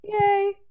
Yay